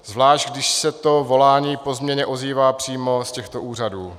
Zvlášť když se to volání po změně ozývá přímo z těchto úřadů.